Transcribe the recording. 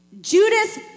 Judas